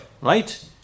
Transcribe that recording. Right